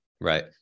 Right